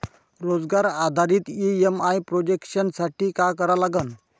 रोजगार आधारित EMI projection साठी का करा लागन?